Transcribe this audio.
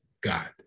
God